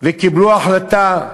וקיבלו החלטה.